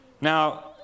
Now